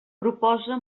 proposa